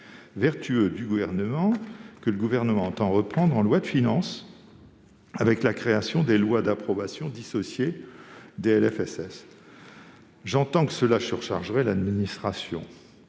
vertueux que le Gouvernement entend reprendre en loi de finances par la création des lois d'approbation dissociées des LFSS. J'entends que cela surchargerait l'administration.